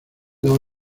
dos